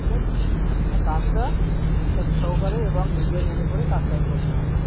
ঠিক আছে মানে কাজটা বিশ্বাস সহকারে এবং নিজের মনে করে কাজটাকে করতে হবে